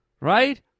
Right